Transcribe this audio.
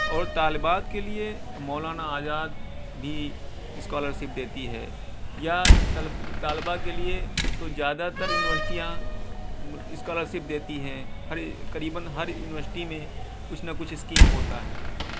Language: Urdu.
اور طلبات کے لیے تو مولانا آزاد بھی اسکالر شپ دیتی ہے یا تا طالبہ کے لیے تو زیادہ تر یونیورسٹیاں اسکالر شپ دیتی ہیں ہر قریباً ہر یونیورسٹی میں کچھ نہ کچھ اسکیم ہوتا ہے